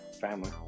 Family